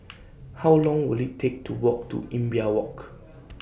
How Long Will IT Take to Walk to Imbiah Walk